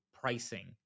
pricing